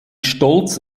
stolz